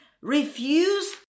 Refuse